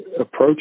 Approach